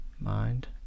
mind